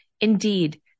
Indeed